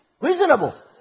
Reasonable